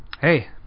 hey